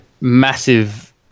massive